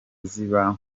ziba